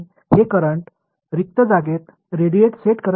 எனவே இந்த கரண்ட் வெற்று இடத்தில் கதிர்வீச்சை அமைக்கும்